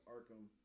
Arkham